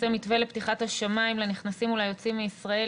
מתווה לפתיחת השמים לנכנסים וליוצאים מישראל,